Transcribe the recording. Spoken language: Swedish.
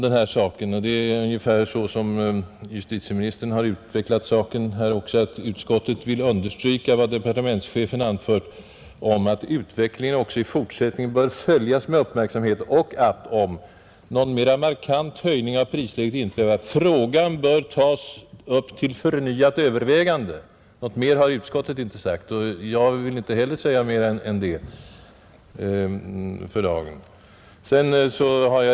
Utskottet uttalar sig ur gefär på samma sätt som justitieministern här har utvecklat saken: ”Utskottet vill dock understryka vad departementschefen anfört om att utvecklingen också i fortsättningen bör följas med uppmärksamhet och att, om någon mer markant höjning av prisläget inträffar, frågan bör tas upp till förnyat övervägande.” Något mera har utskottet inte sagt. Inte heller jag vill säga mera än detta för dagen.